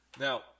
Now